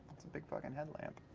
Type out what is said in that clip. it's a big fuckin' headlamp.